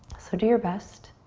so do your best.